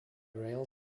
rail